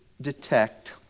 detect